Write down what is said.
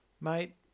Mate